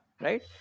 Right